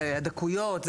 זה הדקויות,